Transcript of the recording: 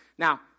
Now